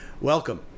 Welcome